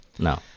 No